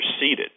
seated